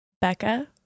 Becca